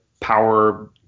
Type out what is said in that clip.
power